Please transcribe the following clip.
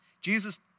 Jesus